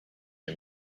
you